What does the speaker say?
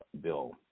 bill